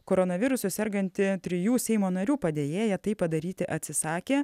koronavirusu serganti trijų seimo narių padėjėja tai padaryti atsisakė